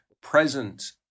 present